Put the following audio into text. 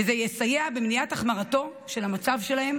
וזה יסייע במניעת החמרתו של המצב שלהם